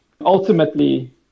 Ultimately